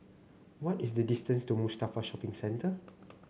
what is the distance to Mustafa Shopping Centre